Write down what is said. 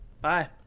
Bye